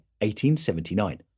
1879